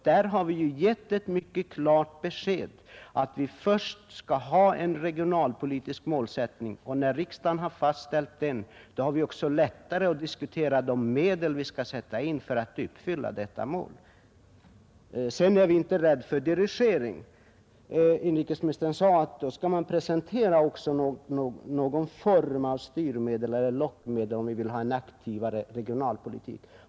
Där har vi gett ett mycket klart besked om att det först bör finnas en regionalpolitisk målsättning, och när riksdagen har fastställt den är det också lättare att sätta in de medel som behövs. Inrikesministern ansåg att vi måste presentera någon form av styrmedel eller lockmedel om vi vill ha en aktivare regionalpolitik.